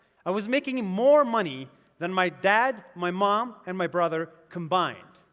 i was making more money than my dad, my mom and my brother combined.